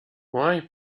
why